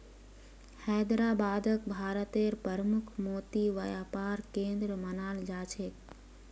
हैदराबादक भारतेर प्रमुख मोती व्यापार केंद्र मानाल जा छेक